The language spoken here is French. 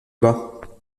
bas